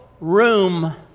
room